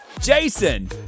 Jason